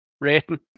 rating